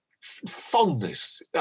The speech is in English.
fondness